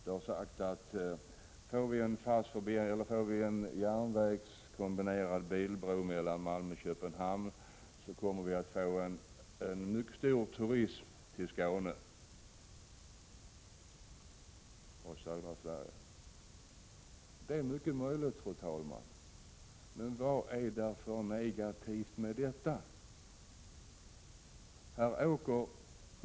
Det har sagts att om vi får en järnvägskombinerad bilbro mellan Malmö och Köpenhamn, kommer vi att få en mycket stor turism i Skåne och södra Sverige. Det är mycket möjligt, fru talman, men vad är det för negativt med det?